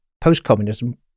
post-communism